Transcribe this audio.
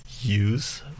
use